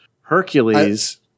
Hercules